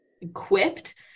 equipped